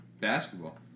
Basketball